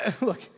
Look